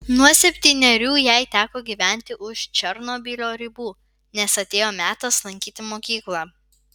nuo septynerių jai teko gyventi už černobylio ribų nes atėjo metas lankyti mokyklą